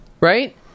right